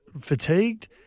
fatigued